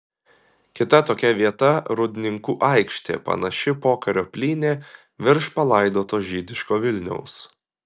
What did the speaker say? kita tokia vieta rūdninkų aikštė panaši pokario plynė virš palaidoto žydiško vilniaus